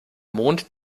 mond